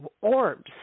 orbs